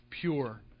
pure